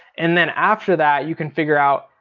and then after that you can figure out,